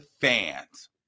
fans